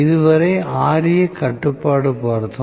இதுவரை Ra கட்டுப்பாடு பார்த்தோம்